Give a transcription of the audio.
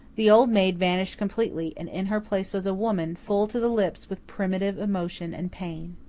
the old maid vanished completely, and in her place was a woman, full to the lips with primitive emotion and pain.